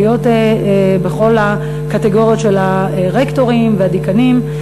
להיות בכל הקטגוריות של הרקטורים והדיקנים.